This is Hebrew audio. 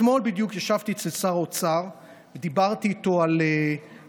אתמול בדיוק ישבתי אצל שר האוצר ודיברתי איתו על הצורך